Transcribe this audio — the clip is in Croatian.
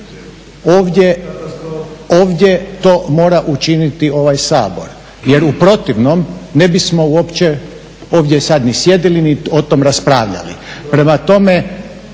Ovdje to mora učiniti ovaj Sabor jer u protivnom ne bismo uopće ovdje sada ni sjedili ni o tom raspravljali.